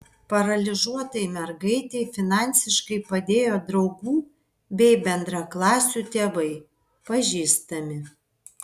paralyžiuotai mergaitei finansiškai padėjo draugų bei bendraklasių tėvai pažįstami